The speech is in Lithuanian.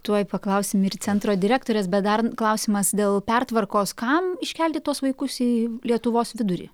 tuoj paklausim ir centro direktorės bet dar klausimas dėl pertvarkos kam iškelti tuos vaikus į lietuvos vidurį